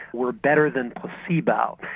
were better than placebo.